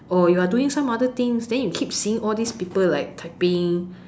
or you are doing some other things then you keep seeing all these people like typing